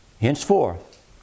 henceforth